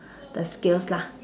the skills lah